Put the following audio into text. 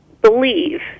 believe